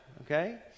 Okay